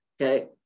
Okay